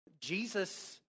Jesus